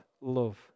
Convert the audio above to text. love